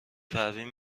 پروین